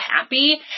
happy